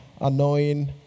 annoying